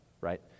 right